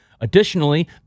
Additionally